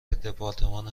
دپارتمان